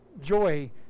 joy